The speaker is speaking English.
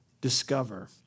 discover